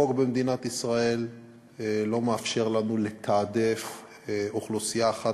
החוק במדינת ישראל לא מאפשר לנו לתעדף אוכלוסייה אחת